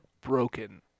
broken